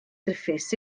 griffiths